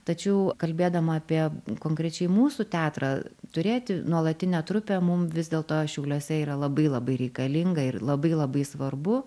tačiau kalbėdama apie konkrečiai mūsų teatrą turėti nuolatinę trupę mum vis dėlto šiauliuose yra labai labai reikalinga ir labai labai svarbu